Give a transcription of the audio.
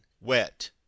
wet